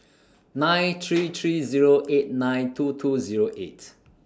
nine three three Zero eight nine two two Zero eight